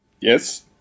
Yes